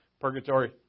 Purgatory